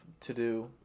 to-do